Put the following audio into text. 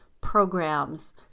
programs